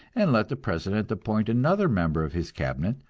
and let the president appoint another member of his cabinet,